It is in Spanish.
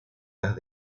las